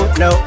no